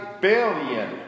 billion